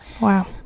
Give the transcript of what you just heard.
Wow